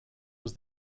was